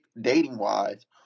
dating-wise